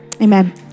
Amen